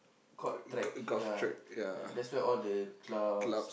called track ya ya that's where all the clubs